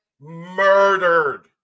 murdered